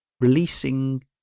releasing